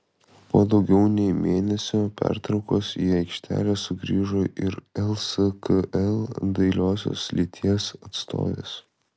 po daugiau nei mėnesio pertraukos į aikšteles sugrįžo ir lskl dailiosios lyties atstovės